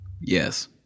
Yes